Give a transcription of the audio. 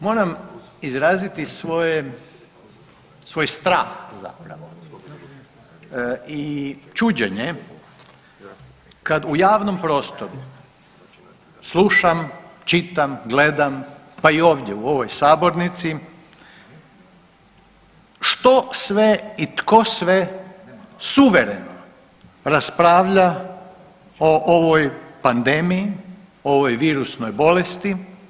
Moram izraziti svoje, svoj strah zapravo i čuđenje kad u javnom prostoru slušam, čitam, gledam pa i ovdje u ovoj sabornici što sve i tko sve suvereno raspravlja o ovoj pandemiji, o ovoj virusnoj bolesti.